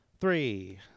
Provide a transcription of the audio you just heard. Three